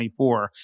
2024